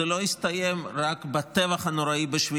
זה לא הסתיים רק בטבח הנוראי ב-7